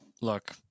Look –